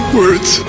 words